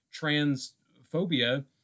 transphobia